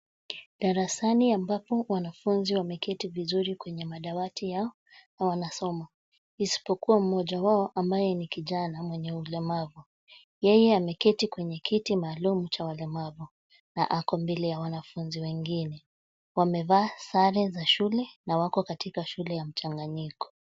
Darasani ambapo wanafunzi wameketi vizuri kwenye madawati yao na wanasoma isipokuwa mmoja wao ambaye ni kijana mwenye ulimavu. Yeye ameketi kwenye kiti maalum cha walemavu na ako mbele ya wanafunzi wengine, wamevaa sare za shule na wako katika shule ya mchanganyiko.